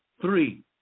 three